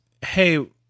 hey